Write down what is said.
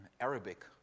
Arabic